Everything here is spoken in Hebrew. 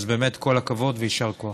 אז באמת כל הכבוד ויישר כוח.